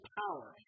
power